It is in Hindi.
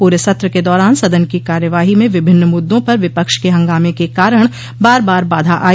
पूरे सत्र के दौरान सदन की कार्यवाही में विभिन्न मुद्दों पर विपक्ष के हंगामें के कारण बार बार बाधा आई